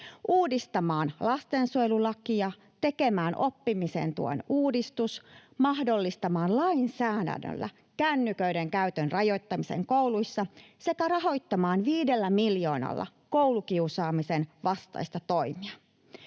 uudistamaan lastensuojelulakia, tekemään oppimisen tuen uudistuksen, mahdollistamaan lainsäädännöllä kännyköiden käytön rajoittamisen kouluissa sekä rahoittamaan 5 miljoonalla koulukiusaamisen vastaisia toimia.